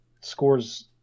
scores